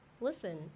listen